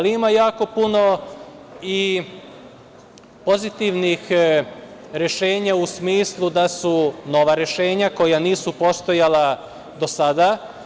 Ima jako puno i pozitivnih rešenja, nova rešenja koja nisu postojala do sada.